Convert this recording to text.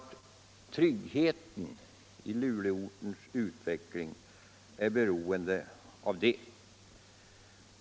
Tryggheten i Lulcåortens utveckling är beroende av det.